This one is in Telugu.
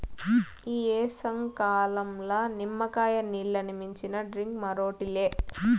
ఈ ఏసంకాలంల నిమ్మకాయ నీల్లని మించిన డ్రింక్ మరోటి లే